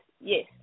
yes